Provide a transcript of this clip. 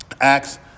Acts